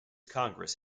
congress